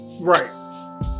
right